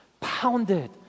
pounded